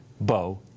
Bo